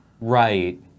Right